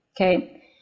okay